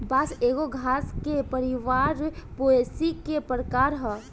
बांस एगो घास के परिवार पोएसी के प्रकार ह